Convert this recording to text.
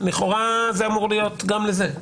לכאורה זה אמור להיות גם לזה.